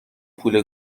پول